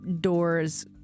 doors